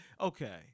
Okay